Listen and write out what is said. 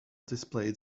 displayed